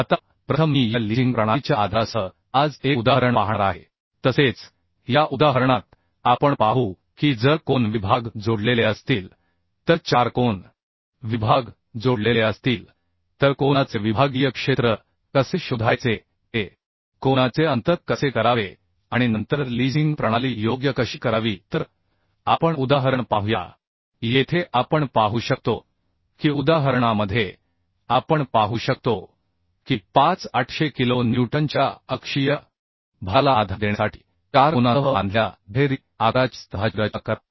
आता प्रथम मी या लीझिंग प्रणालीच्या आधारासह आज एक उदाहरण पाहणार आहे तसेच या उदाहरणात आपण पाहू की जर कोन विभाग जोडलेले असतील तर चार कोन विभाग जोडलेले असतील तर कोनाचे विभागीय क्षेत्र कसे शोधायचे ते कोना चे अंतर कसे करावे आणि नंतर लीझिंग प्रणाली योग्य कशी करावी तर आपण उदाहरण पाहूया येथे आपण पाहू शकतो की उदाहरणामध्ये आपण पाहू शकतो की पाच 800 किलो न्यूटनच्या अक्षीय भाराला आधार देण्यासाठी चार कोनांसह बांधलेल्या दुहेरी आकाराच्या स्तंभाची रचना करा